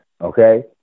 Okay